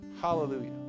Hallelujah